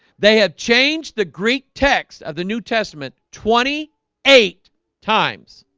they have changed the greek text of the new testament twenty eight times